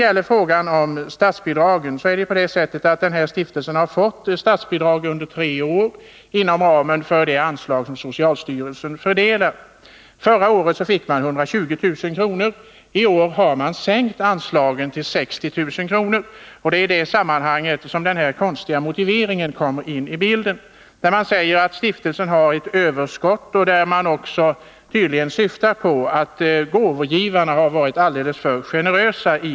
LP-stiftelsen har fått statsbidrag under tre år inom ramen för det anslag som socialstyrelsen fördelar. Förra året fick stiftelsen 120 000 kr. I år har anslaget sänkts till 60 000 kr. Det är i detta sammanhang som den konstiga motiveringen kommer in i bilden. Socialstyrelsen säger att stiftelsen har ett överskott. Tydligen syftar socialstyrelsen på att gåvogivarna i detta sammanhang har varit alldeles för generösa.